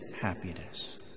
happiness